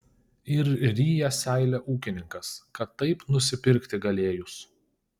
ir ryja seilę ūkininkas kad taip nusipirkti galėjus